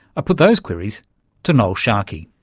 ah put those queries to noel sharkey.